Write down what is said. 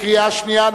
קריאה שנייה.